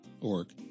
org